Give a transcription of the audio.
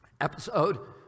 episode